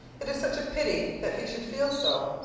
it is such a pity that he should feel so,